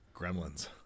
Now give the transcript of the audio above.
Gremlins